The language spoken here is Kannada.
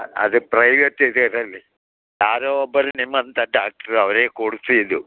ಅದು ಪ್ರೈವೇಟ್ ಇದರಲ್ಲಿ ಯಾರೋ ಒಬ್ಬರು ನಿಮ್ಮಂಥ ಡಾಕ್ಟ್ರು ಅವರೇ ಕೊಡ್ಸಿದ್ದು